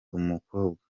umukobwa